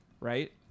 right